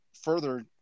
further